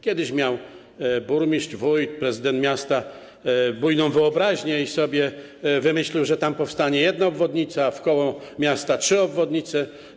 Kiedyś burmistrz, wójt, prezydent miasta miał bujną wyobraźnię i sobie wymyślił, że tam powstanie jedna obwodnica, a wkoło miasta trzy obwodnice.